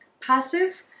passive